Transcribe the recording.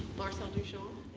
marcel duchamp